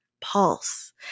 pulse